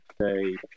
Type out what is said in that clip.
say